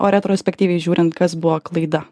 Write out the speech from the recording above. o retrospektyviai žiūrint kas buvo klaida